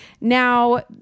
Now